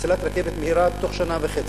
מסילת רכבת מהירה תוך שנה וחצי,